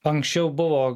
anksčiau buvo